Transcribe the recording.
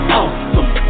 awesome